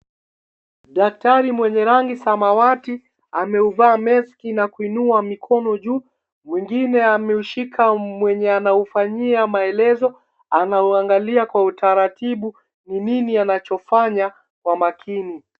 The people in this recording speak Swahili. Daktari mwenye rangi samawati ameuvaa meski na kuinua mikono juu. Mwingine ameshika mwenye anaufanyia maelezo. Anauangalalia kwa utaratibu ni nini anachofanya kwa makini.